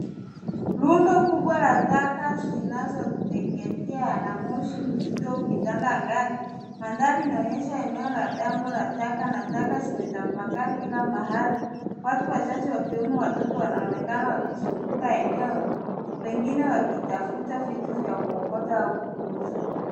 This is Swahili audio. Rundo kubwa la taka zinazoteketea na moshi mzito ukitanda angani. Mandhari inaonyesha eneo la dampo la taka na taka zimetapakaa kila mahali. Watu wachache wakiwemo watoto wanaonekana wakizunguka eneo hilo, pengine wakitafuta vitu vya kuokota au kuuza.